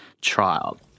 trial